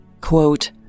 quote